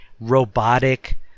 robotic